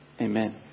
Amen